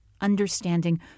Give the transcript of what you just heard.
Understanding